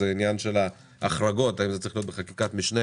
וזה העניין של ההחרגות - האם זה צריך להיות בחקיקת משנה